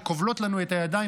שכובלות לנו את הידיים,